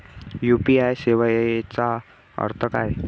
UPI सेवेचा अर्थ काय?